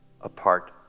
apart